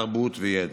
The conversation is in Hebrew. תרבות וידע.